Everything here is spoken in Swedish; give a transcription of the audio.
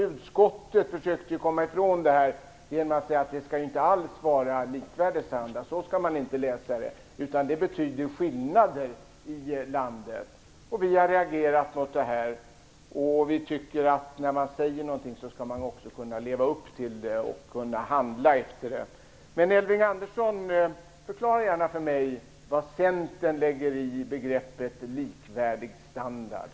Utskottet försökte ju komma ifrån detta genom att säga: Det skall inte alls vara likvärdig standard - så skall man inte läsa det - utan det betyder skillnader i landet. Vi har reagerat mot detta och tycker att man också skall kunna leva upp till det man säger och handla därefter. Men, Elving Andersson, förklara gärna för mig vad Centern lägger i begreppet likvärdig standard.